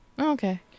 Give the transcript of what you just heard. Okay